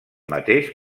mateix